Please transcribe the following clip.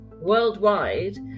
worldwide